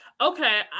okay